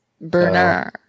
Bernard